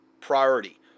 priority